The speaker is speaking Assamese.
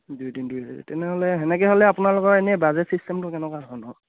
দুই তিনি দিন তেনেহ'লে তেনেকৈ হ'লে আপোনালোকৰ এনেই বাজেট চিষ্টেমটো কেনেকুৱা ধৰণৰ